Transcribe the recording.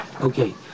Okay